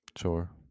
Sure